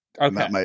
Okay